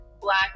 black